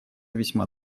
весьма